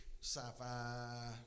sci-fi